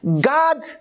God